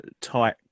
tight